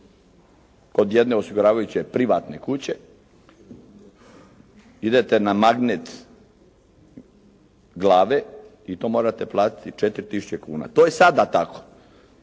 kod jedne osiguravajuće privatne kuće, idete na magnet glave i to morate platiti 4 tisuće kuna. To je sada tako.